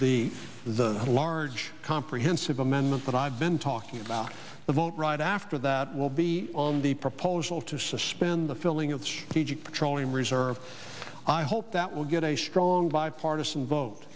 the the large comprehensive amendments that i've been talking about the vote right after that will be on the proposal to suspend the filling of trolling reserve i hope that we'll get a strong bipartisan vote